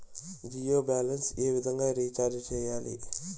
Jio balance ఏ విధంగా recharge సేయాలి?